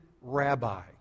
rabbi